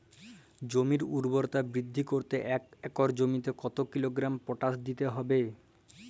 জমির ঊর্বরতা বৃদ্ধি করতে এক একর জমিতে কত কিলোগ্রাম পটাশ দিতে হবে?